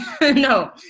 No